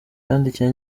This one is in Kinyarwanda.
yandikiye